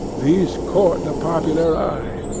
these court the popular eye,